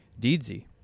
Deedsy